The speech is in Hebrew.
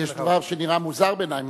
יש דבר שנראה מוזר בעיני.